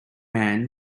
man